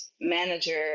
manager